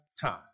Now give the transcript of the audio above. time